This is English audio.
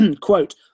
quote